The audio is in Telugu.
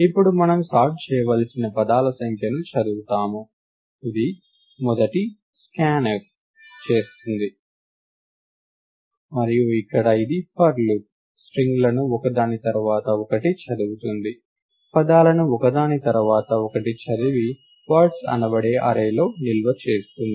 ఇప్పుడు మనం సార్ట్ చేయవలసిన పదాల సంఖ్యను చదువుతాము ఇది మొదటి scanfస్కాన్ఫ్ చేస్తుంది మరియు ఇక్కడ ఉన్న for లూప్ స్ట్రింగ్లను ఒకదాని తర్వాత ఒకటి చదువుతుంది పదాలను ఒకదాని తర్వాత ఒకటి చదివి Words అనబడే అర్రేలో నిల్వ చేస్తుంది